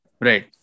Right